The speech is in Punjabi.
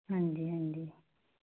ਹਾਂਜੀ ਹਾਂਜੀ